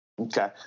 Okay